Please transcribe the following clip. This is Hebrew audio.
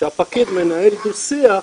שהפקיד מנהל דו שיח,